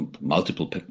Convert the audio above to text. multiple